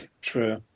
True